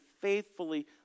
faithfully